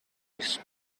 his